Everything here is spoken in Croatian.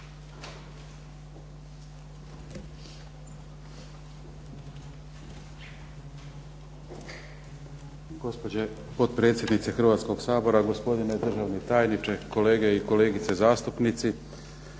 Gospođo potpredsjednice Hrvatskog sabora, gospodine državni tajniče, kolege i kolegice zastupnici.